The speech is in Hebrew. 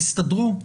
תסתדרו?